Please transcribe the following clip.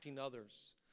others